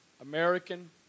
American